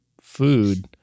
food